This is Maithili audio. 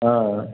हँ